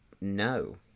no